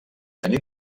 tenir